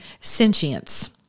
Sentience